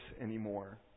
anymore